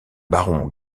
baron